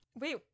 Wait